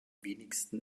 wenigsten